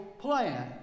plan